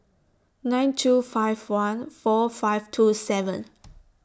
nine two five one four five two seven